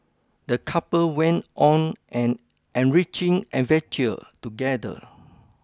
the couple went on an enriching adventure together